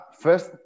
first